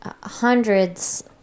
hundreds